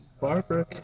Barbara